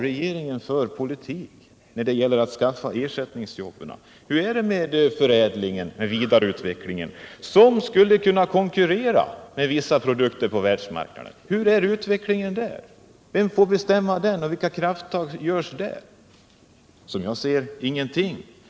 Vilken politik för regeringen för att skaffa ersättningsjobb? Hur är det med förädlingen och vidareutvecklingen, som skulle kunna konkurrera med vissa produkter på världsmarknaden? Vem får bestämma över den utvecklingen, vilka krafttag tas på det området? Som jag ser det görs ingenting.